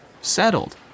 settled